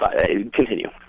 continue